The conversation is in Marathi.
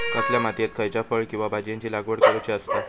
कसल्या मातीयेत खयच्या फळ किंवा भाजीयेंची लागवड करुची असता?